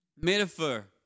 metaphor